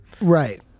right